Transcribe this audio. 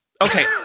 Okay